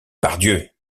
pardieu